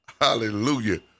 Hallelujah